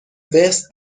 west